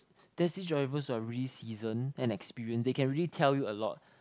taxi drivers who are really season and experienced they can really tell you a lot